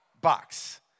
box